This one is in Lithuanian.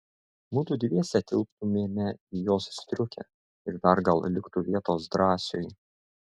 mudu dviese tilptumėme į jos striukę ir dar gal liktų vietos drąsiui